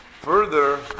further